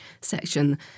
section